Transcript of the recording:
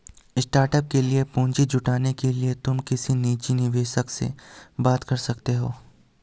startup के लिए पूंजी जुटाने के लिए तुम किसी निजी निवेशक से बात कर सकते हो